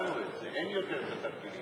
דנו בזה, אין יותר התרגילים האלה.